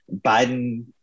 Biden